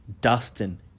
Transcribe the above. Dustin